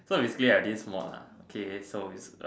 so is I have this mod okay so is